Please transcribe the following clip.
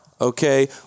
Okay